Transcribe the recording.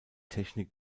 technik